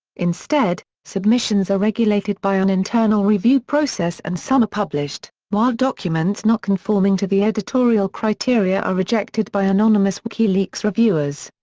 instead, submissions are regulated by an internal review process and some are published, while documents not conforming to the editorial criteria are rejected by anonymous wikileaks reviewers.